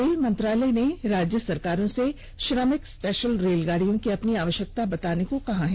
rail मंत्रालय ने राज्य सरकारों से श्रमिक स्पेशल रेलगाडियों की अपनी आवश्यंकता बताने को कहा है